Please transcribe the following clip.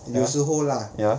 ya ya